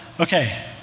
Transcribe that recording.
Okay